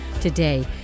Today